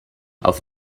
auf